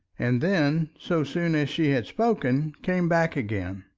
and then so soon as she had spoken, came back again.